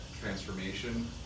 transformation